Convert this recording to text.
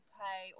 pay